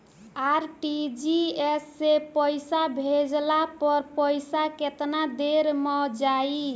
RTGS से पईसा भेजला पर पईसा केतना देर म जाई?